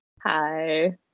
Hi